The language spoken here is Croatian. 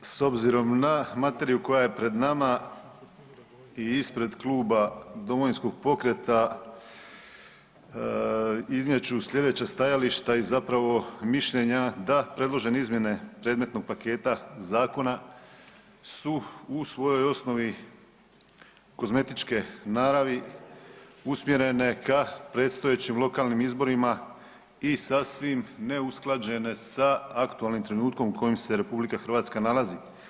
S obzirom na materiju koja je pred nama i ispred kluba Domovinskog pokreta iznijet ću sljedeća stajališta i zapravo mišljenja da predložene izmjene predmetnog paketa zakona su u svojoj osnovi kozmetičke naravi usmjerene ka predstojećim lokalnim izborima i sasvim neusklađene sa aktualnim trenutkom u kojem se RH nalazi.